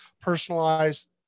personalized